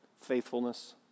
faithfulness